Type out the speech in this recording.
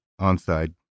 onside